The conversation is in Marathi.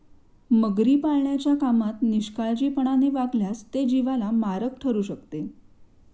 मगरी पाळण्याच्या कामात निष्काळजीपणाने वागल्यास ते जीवाला मारक ठरू शकते